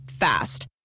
Fast